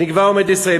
אני כבר עומד לסיים.